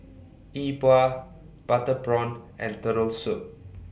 E Bua Butter Prawn and Turtle Soup